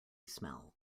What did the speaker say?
smell